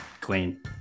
clean